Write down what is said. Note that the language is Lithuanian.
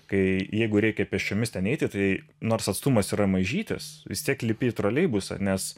kai jeigu reikia pėsčiomis ten eiti tai nors atstumas yra mažytis vis tiek lipi į troleibusą nes